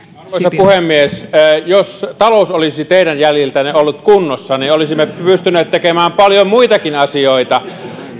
arvoisa puhemies jos talous olisi teidän jäljiltänne ollut kunnossa niin olisimme pystyneet tekemään paljon muitakin asioita